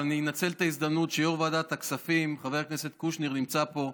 אבל אני אנצל את ההזדמנות שיו"ר ועדת הכספים חבר הכנסת קושניר נמצא פה,